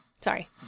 Sorry